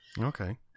Okay